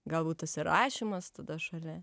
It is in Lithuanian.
galbūt tas ir rašymas tada šalia